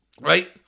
Right